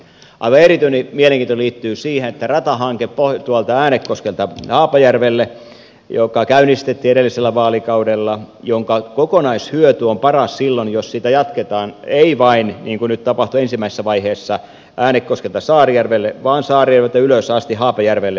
aivan erityinen mielenkiinto liittyy ratahankkeeseen äänekoskelta haapajärvelle joka käynnistettiin edellisellä vaalikaudella jonka kokonaishyöty on paras silloin jos sitä jatketaan ei vain niin kuin nyt tapahtui ensimmäisessä vaiheessa äänekoskelta saarijärvelle vaan saarijärveltä ylös asti haapajärvelle